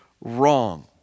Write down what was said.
wrong